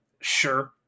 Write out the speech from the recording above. Sure